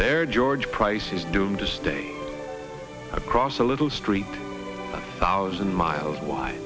their george price is doomed to stay across a little street thousand miles wide